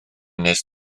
nes